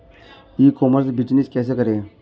ई commerce business कैसे करें?